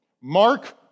Mark